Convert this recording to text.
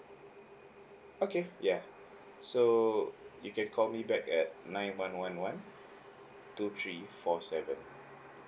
okay ya so you can call me back at nine one one one two three four seven